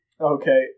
Okay